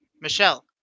Michelle